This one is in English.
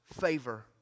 favor